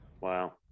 Wow